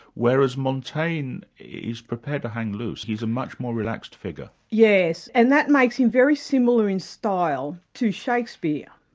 whereas montaigne is prepared to hang loose he's a much more relaxed figure. yes, and that makes him very similar in style to shakespeare.